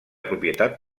propietat